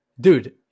Dude